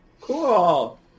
Cool